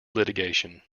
litigation